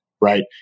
Right